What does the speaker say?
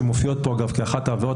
שמופיעות פה דווקא כאחת העבירות,